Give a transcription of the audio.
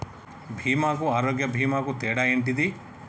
బీమా కు ఆరోగ్య బీమా కు తేడా ఏంటిది?